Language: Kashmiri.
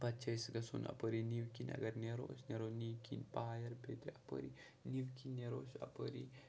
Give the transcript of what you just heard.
پَتہٕ چھِ اَسہِ گژھُن اَپٲری نِوِ کِنۍ اگر نیرو أسۍ نیرو نِوِ کِنۍ پایَر بیٚیہِ تہِ اَپٲری نِوِ کِنۍ نیرو أسۍ اَپٲری